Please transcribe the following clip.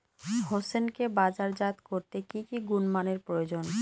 হোসেনকে বাজারজাত করতে কি কি গুণমানের প্রয়োজন?